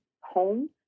home